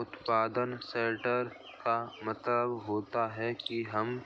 उत्पादन सॉर्टर का मतलब होता है कि हम